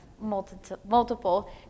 multiple